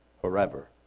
forever